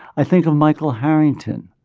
i think of michael harrington,